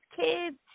kids